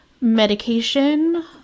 medication